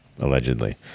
allegedly